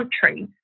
countries